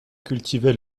cultivait